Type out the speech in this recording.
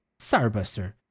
Starbuster